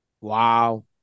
Wow